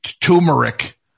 turmeric